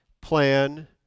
plan